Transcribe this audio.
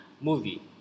movie